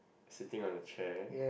sitting on a chair